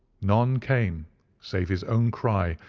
none came save his own cry,